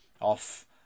off